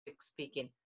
speaking